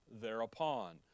thereupon